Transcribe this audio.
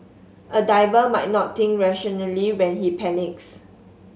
a diver might not think rationally when he panics